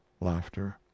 laughter